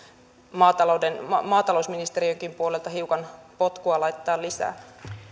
maatalousministeriönkin puolelta hiukan potkua laittaa lisää